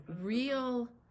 real